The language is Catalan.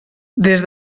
des